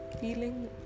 feeling